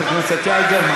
חברת הכנסת יעל גרמן.